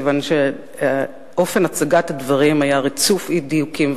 מכיוון שאופן הצגת הדברים היה רצוף אי-דיוקים.